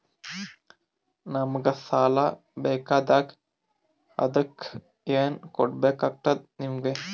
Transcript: ನಮಗ ಸಾಲ ಬೇಕಾಗ್ಯದ ಅದಕ್ಕ ಏನು ಕೊಡಬೇಕಾಗ್ತದ ನಿಮಗೆ?